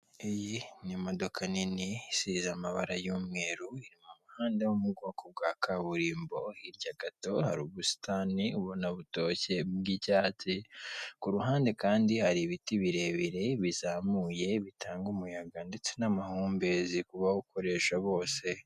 Iyi ni imodoka nini, isize amabara y'umweru, iri mu muhanda wo mu bwoko bwa kaburimbo, hirya gato hari ubusitani ubona butoshye, bw'icyatsi, ku ruhande kandi hari ibiti birebire, bizamuye, bitanga umuyaga ndetse n'amahumbezi ku bawukoresha bose.